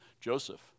Joseph